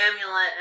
amulet